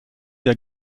der